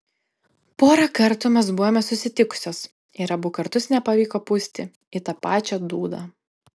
porą kartų mes buvome susitikusios ir abu kartus nepavyko pūsti į tą pačią dūdą